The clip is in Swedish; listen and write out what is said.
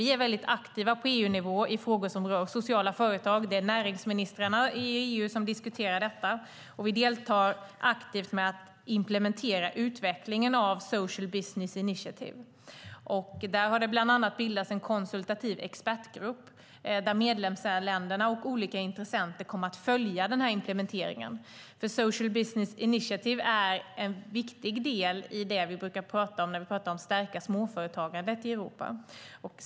Vi är väldigt aktiva på EU-nivå i frågor som rör sociala företag. Det är näringsministrarna i EU som diskuterar detta, och vi deltar aktivt i att implementera utvecklingen av social business initiative. Där har det bland annat bildats en konsultativ expertgrupp, där medlemsländerna och olika intressenter kommer att följa implementeringen. Social business initiative är nämligen en viktig del i det vi brukar prata om när vi pratar om att stärka småföretagandet i Europa.